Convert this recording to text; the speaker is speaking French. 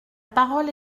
parole